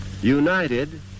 United